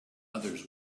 others